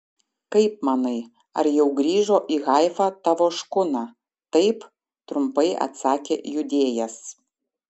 kaip manai ar jau grįžo į haifą tavo škuna taip trumpai atsakė judėjas